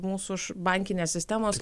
mūsų bankinės sistemos